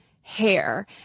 hair